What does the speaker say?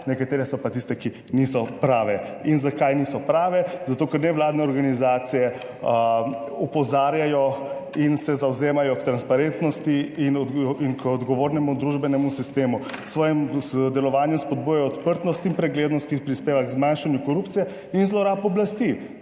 nekatere so pa tiste, ki niso prave. In zakaj niso prave? Zato, ker nevladne organizacije opozarjajo in se zavzemajo k transparentnosti in k odgovornemu družbenemu sistemu. V svojem delovanju spodbujajo odprtost in preglednost, ki prispeva k zmanjšanju korupcije in zlorab oblasti,